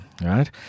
right